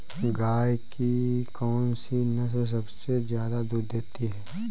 गाय की कौनसी नस्ल सबसे ज्यादा दूध देती है?